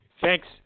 Thanks